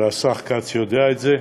והשר כץ יודע את זה,